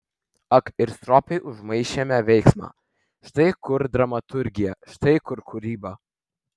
ak ir stropiai užmaišėme veiksmą štai kur dramaturgija štai kur kūryba